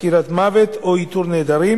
חקירת מוות או איתור נעדרים,